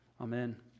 Amen